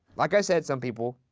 like i said, some people,